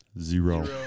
Zero